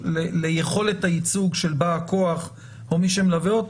ליכולת הייצוג של בא כוח או מי שמלווה אותו,